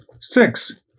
Six